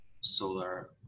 solar